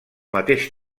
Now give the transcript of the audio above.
mateix